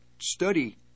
study